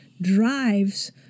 drives